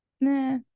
nah